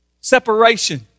separation